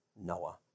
Noah